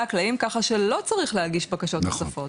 הקלעים ככה שלא צריך להגיש בקשות נוספות,